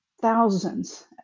thousands